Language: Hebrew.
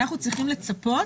אנחנו צריכים לצפות